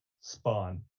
Spawn